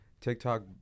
TikTok